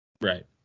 Right